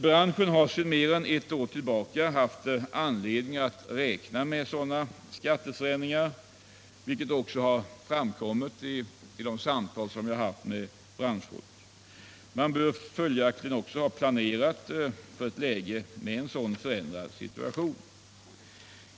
Branschen har sedan mer än ett år tillbaka haft anledning att räkna med skatteförändringar. Detta har också framkommit vid samtal som jag haft med branschfolk. Man borde följaktligen ha planerat för en förändrad situation.